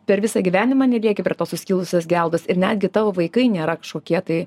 per visą gyvenimą nelieki prie suskilusios geldos ir netgi tavo vaikai nėra kažkokie tai